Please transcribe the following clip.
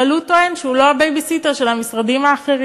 אבל הוא טוען שהוא לא הבייביסיטר של המשרדים האחרים.